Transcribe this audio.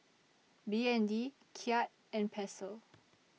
B N D Kyat and Peso